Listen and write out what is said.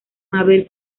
mabel